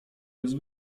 jest